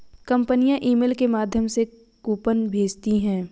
कंपनियां ईमेल के माध्यम से कूपन भेजती है